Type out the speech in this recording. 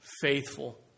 faithful